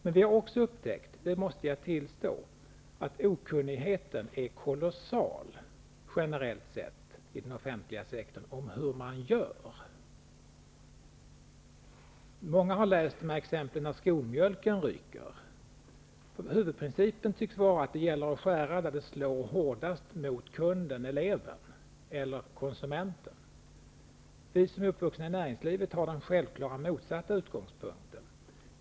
Men vi har också upptäckt, det måste jag tillstå, att okunnigheten är kolossal generellt sett inom den offentliga sektorn om hur man gör. Många har läst om att skolmjölken skall tas bort. Huvudprincipen tycks vara att det gäller att skära där det slår hårdast mot kunden, eleven eller konsumenten. Vi som är uppvuxna i näringslivet har den självklara motsatta utgångspunkten.